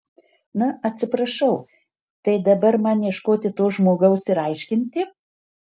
na atsiprašau tai dabar man ieškoti to žmogaus ir aiškinti